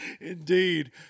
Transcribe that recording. Indeed